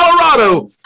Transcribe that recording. Colorado